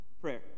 prayer